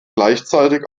gleichzeitig